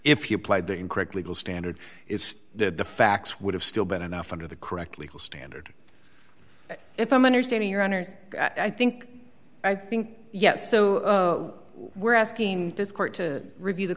if you applied the incorrect legal standard is that the facts would have still been enough under the correct legal standard if i'm understanding your honour's i think i think yes so we're asking this court to review the